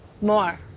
More